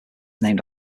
named